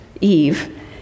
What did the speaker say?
eve